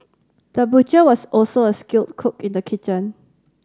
the butcher was also a skilled cook in the kitchen